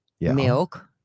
milk